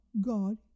God